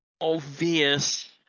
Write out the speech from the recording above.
obvious